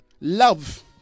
love